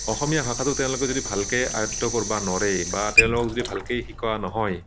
অসমীয়া ভাষাটো তেওঁলোকে যদি ভালকৈ আয়ত্ত কৰিব নোৱাৰে বা তেওঁলোকক যদি ভালকৈ শিকোৱা নহয়